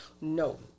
no